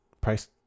price